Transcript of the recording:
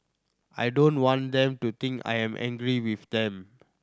I don't want them to think I am angry with them